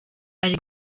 ari